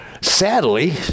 Sadly